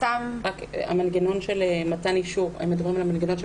הם מדברים על המנגנון של מתן אישור על-ישי